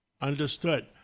Understood